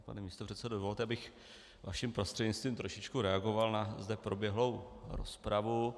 Vážený pane místopředsedo, dovolte, abych vaším prostřednictvím trošičku reagoval na zde proběhlou rozpravu.